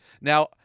Now